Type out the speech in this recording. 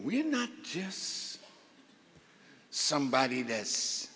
we're not yes somebody that's